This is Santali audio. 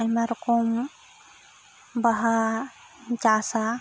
ᱟᱭᱢᱟ ᱨᱚᱠᱚᱢ ᱵᱟᱦᱟᱧ ᱪᱟᱥᱟ